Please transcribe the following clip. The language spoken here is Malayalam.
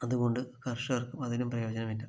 അതുകൊണ്ട് കർഷകർക്കും അതിനും പ്രയോജനമില്ല